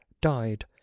died